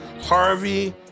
Harvey